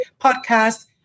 Podcast